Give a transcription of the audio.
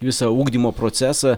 visą ugdymo procesą